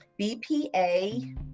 BPA